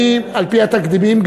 גם על-פי התקדימים,